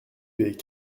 des